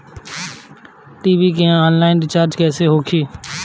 TV के online recharge कैसे होखी?